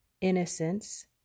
innocence